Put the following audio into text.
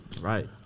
Right